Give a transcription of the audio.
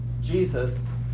Jesus